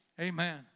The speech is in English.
Amen